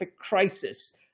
crisis